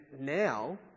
now